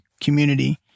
community